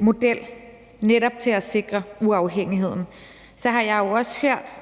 model til netop at sikre uafhængigheden. Så har jeg jo også hørt,